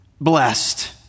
blessed